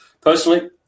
Personally